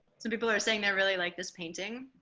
some people are saying i really like this painting